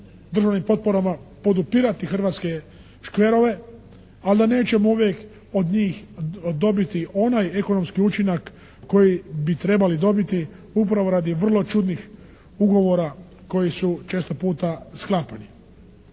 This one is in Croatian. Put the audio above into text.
državnim potporama podupirati hrvatske škverove ali da nećemo uvijek od njih dobiti onaj ekonomski učinak koji bi trebali dobiti upravo radi vrlo čudnih ugovora koji su često puta sklapani.